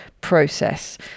process